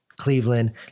cleveland